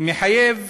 מחייב